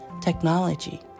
technology